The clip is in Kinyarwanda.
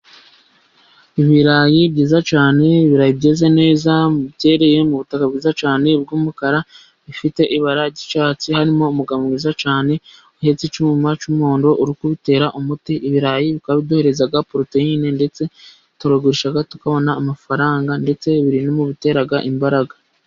Ibirayi byiza cyane birayi byeze neza byereye mu butaka bwiza cyane bw'umukara, bifite ibara ry'icyatsi. Harimo umugabo mwiza cyane uhetse icyuma cy'umuhondo urikubitera umuti. Ibirayi biduhereza poroteyine ndetse turarugusha tukabona amafaranga, ndetse biri mubitera imbaraga.